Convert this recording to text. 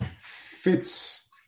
fits